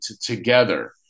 together